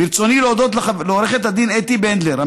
ברצוני להודות לעורכת הדין אתי בנדלר,